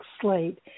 slate